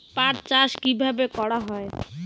পাট চাষ কীভাবে করা হয়?